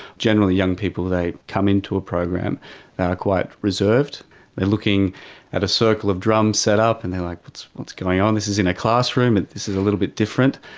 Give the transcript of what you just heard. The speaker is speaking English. generally young people, they come into a program quite reserved, and looking at a circle of drums set up, and like what's what's going on, this is in a classroom, and this is a little bit different.